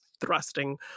thrusting